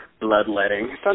bloodletting